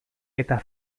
eta